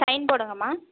sign போடுங்கம்மா